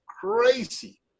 crazy